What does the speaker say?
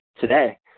today